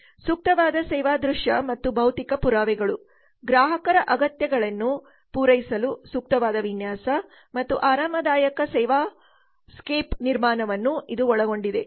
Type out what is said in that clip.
ಸೂಕ್ತವಾದ ಸೇವಾ ದೃಶ್ಯ ಮತ್ತು ಭೌತಿಕ ಪುರಾವೆಗಳು ಗ್ರಾಹಕರ ಅಗತ್ಯತೆಗಳನ್ನು ಪೂರೈಸಲು ಸೂಕ್ತವಾದ ವಿನ್ಯಾಸ ಮತ್ತು ಆರಾಮದಾಯಕ ಸೇವಾಕೇಪ್ ನಿರ್ಮಾಣವನ್ನು ಇದು ಒಳಗೊಂಡಿದೆ